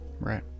Right